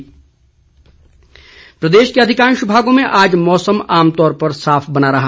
मौसम प्रदेश के अधिकांश भागों में आज मौसम आमतौर पर साफ बना रहा